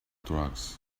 drugs